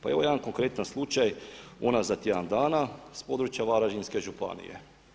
Pa evo jedan konkretan slučaj unazad tjedan dana s područja Varaždinske županije.